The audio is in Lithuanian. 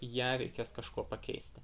ją reikės kažkuo pakeisti